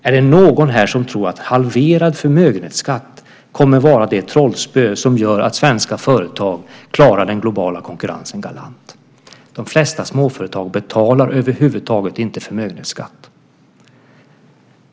Är det någon här som tror att halverad förmögenhetsskatt kommer att vara det trollspö som gör att svenska företag klarar den globala konkurrensen galant? De flesta småföretag betalar över huvud taget inte förmögenhetsskatt.